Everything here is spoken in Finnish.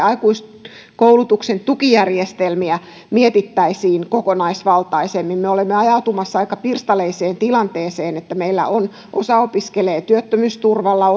aikuiskoulutuksen tukijärjestelmiä mietittäisiin kokonaisvaltaisemmin me olemme ajautumassa aika pirstaleiseen tilanteeseen meillä osa opiskelee työttömyysturvalla